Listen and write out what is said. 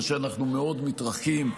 כאשר אנחנו מאוד מתרחקים,